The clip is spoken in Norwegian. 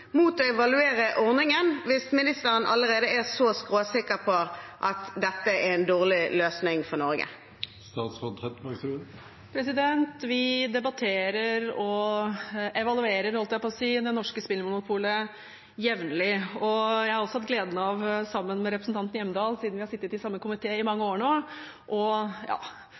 mot å evaluere ordningen – hvis ministeren allerede er så skråsikker på at dette er en dårlig løsning for Norge? Vi debatterer og evaluerer det norske spillmonopolet jevnlig, og jeg har også hatt gleden av – sammen med representanten Hjemdal, siden vi har sittet i samme komité i mange år nå